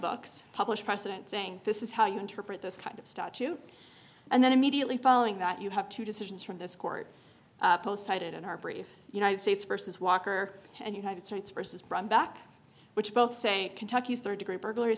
books published precedent saying this is how you interpret this kind of statute and then immediately following that you have two decisions from this court both cited in our brief united states versus walker and united states versus brumback which both say kentucky's rd degree burglary